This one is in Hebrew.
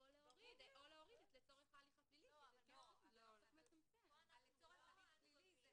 גם להוסיף לו את האפשרות העביר מידע